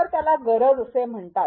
तर त्याला गरज असे म्हणतात